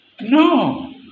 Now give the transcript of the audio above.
No